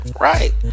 Right